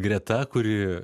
greta kuri